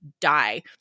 die